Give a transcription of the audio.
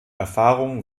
erfahrungen